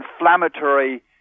inflammatory